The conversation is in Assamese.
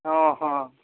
অঁ অঁ